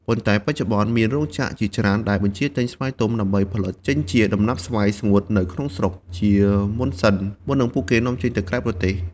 ប៉ុន្ដែ បច្ចុប្បន្នមានរោងចក្រជាច្រើនដែលបញ្ជាទិញស្វាយទុំដើម្បីផលិតចេញជាដំណាប់ស្វាយស្ងួតនៅក្នុងស្រុកជាមុនសិន មុននឹងពួកគេនាំចេញទៅក្រៅប្រទេស។